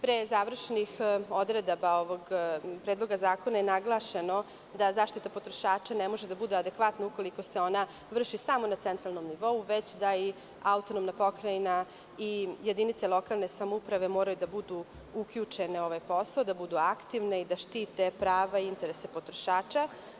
Pre završnih odredaba ovog predloga zakona je naglašeno da zaštita potrošača ne može da bude adekvatna ukoliko se ona vrši samo na centralnom nivou, već da i autonomna pokrajna i jedinice lokalne samouprave moraju da budu uključene u ovaj posao, da budu aktivne i da štite prava i interese potrošača.